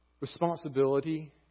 responsibility